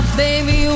Baby